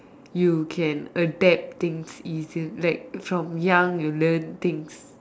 you can adapt things easier like from young you learn things